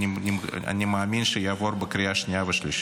אני מאמין, יעבור בקריאה השנייה והשלישית.